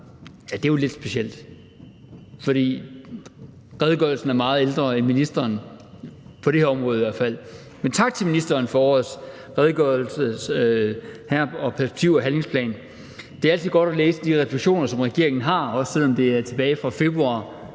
Det er jo lidt specielt, fordi redegørelsen er meget ældre end ministeren – i hvert fald på det her område. Men tak til ministeren for årets redegørelse om perspektiv- og handlingsplanen. Det er altid godt at læse de refleksioner, som regeringen har, også selv om de er tilbage fra februar